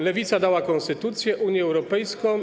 Lewica dała konstytucję, Unię Europejską.